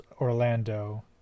Orlando